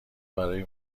برای